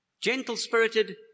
Gentle-spirited